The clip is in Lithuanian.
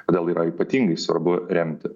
todėl yra ypatingai svarbu remti